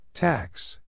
Tax